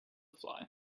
fly